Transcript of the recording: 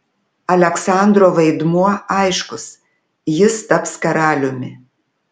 aleksandro vaidmuo aiškus jis taps karaliumi